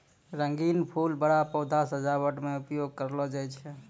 रंगीन फूल बड़ा पौधा सजावट मे उपयोग करलो जाय छै